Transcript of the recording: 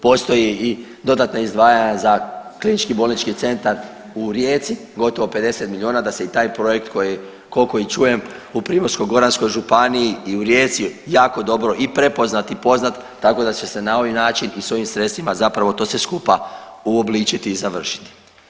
Postoji i dodatna izdvajanja za klinički bolnički centar u Rijeci, gotovo 50 miliona da se i taj projekt koji koliko i čujem u Primorsko-goranskoj županiji i u Rijeci jako dobro i prepoznat i poznat tako da će se na ovaj način i s ovim sredstvima zapravo to sve skupa uobličiti i završiti.